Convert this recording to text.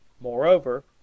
Moreover